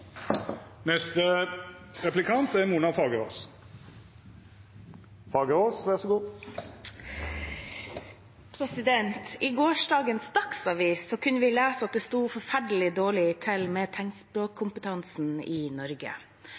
I gårsdagens Dagsavis kunne vi lese at det står forferdelig dårlig til med tegnspråkkompetansen i Norge.